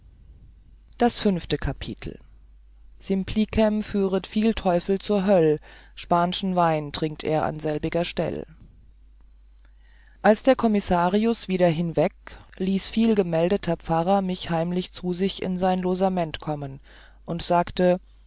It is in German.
das fünfte kapitel simplicem führen viel teufel zur höll spanschen wein trinkt er in selbiger stell als der commissarius wieder hinweg ließ vielgemeldter pfarrer mich heimlich zu sich in sein losament kommen und sagte